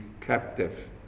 captive